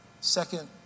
second